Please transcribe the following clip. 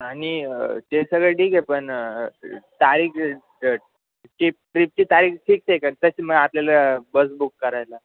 आणि ते सगळं ठीक आहे पण तारीख टीप ट्रिपची तारीख ठीक ते का तसे मग आपल्याला बस बुक करायला